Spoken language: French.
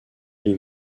vie